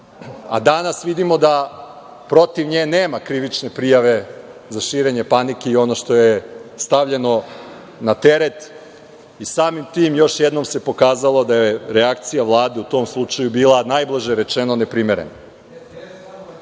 a danas vidimo da protiv nje nema krivične prijave za širenje panike i ono što je stavljeno na teret i samim tim još jednom se pokazalo da je reakcija Vlade u tom slučaju bila, najblaže rečeno, neprimerena. Nažalost,